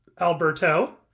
Alberto